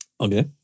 Okay